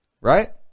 Right